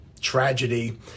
tragedy